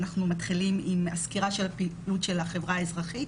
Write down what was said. אנחנו מתחילים עם הסקירה של הפעילות של החברה האזרחית.